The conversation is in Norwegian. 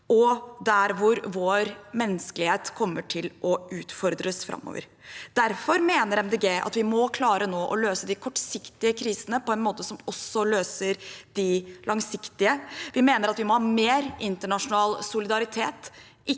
og hvor vår menneskelighet kommer til å utfordres framover. Derfor mener Miljøpartiet De Grønne at vi nå må klare å løse de kortsiktige krisene på en måte som også løser de langsiktige. Vi mener at vi må ha mer internasjonal solidaritet,